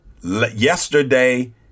yesterday